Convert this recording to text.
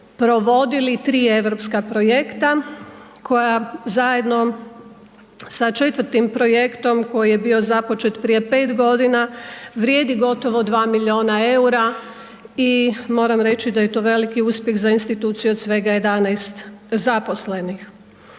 provodili 3 europska projekta koja zajedno sa 4. projektom koji je bio započet prije 5 g. vrijedi gotovo 2 milijuna eura i moram reći da je to veliki uspjeh za instituciju od svega 11 zaposlenih.